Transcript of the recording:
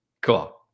Cool